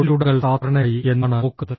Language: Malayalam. തൊഴിലുടമകൾ സാധാരണയായി എന്താണ് നോക്കുന്നത്